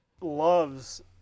loves